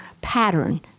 pattern